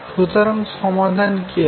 সুতরাং সমাধান কি হবে